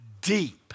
deep